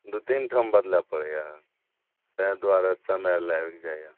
दू तीन ठाम बदलऽ पड़ैए तहि दुआरे समय लागि जाइए